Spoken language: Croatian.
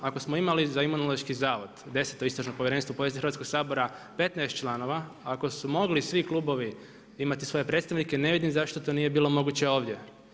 Ako smo imali za Imunološki zavod 10. istražno povjerenstvo u povijesti Hrvatskog sabora, 15 članova, ako su mogli svi klubovi imati svoje predstavnike ne vidim zašto to nije bilo moguće ovdje.